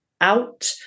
out